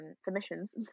submissions